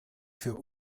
für